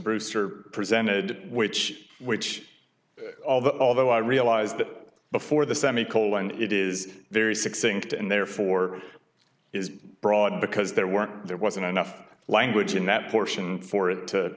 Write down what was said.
brewster presented which which all the although i realize that before the semi colon it is very succinct and therefore is broad because there weren't there wasn't enough language in that portion for it to